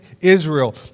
Israel